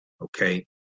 okay